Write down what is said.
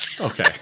Okay